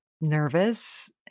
nervous